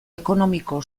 ekonomiko